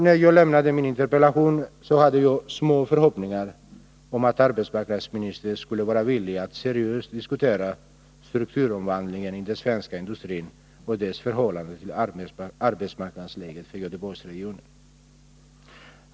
När jag väckte min interpellation hade jag små förhoppningar om att arbetsmarknadsministern skulle vara villig att seriöst diskutera strukturomvandlingen i den svenska industrin och dess förhållande till arbetsmarknadsläget för Göteborgsregionen.